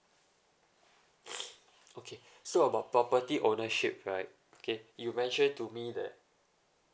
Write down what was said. okay so about property ownership right okay you mentioned to me that